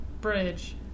Bridge